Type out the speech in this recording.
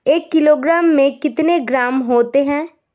एक किलोग्राम में कितने ग्राम होते हैं?